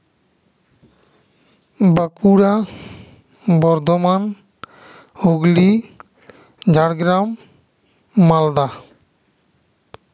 Bankura Bardhaman Hooghly Jhargram Malda